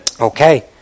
Okay